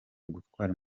gutwara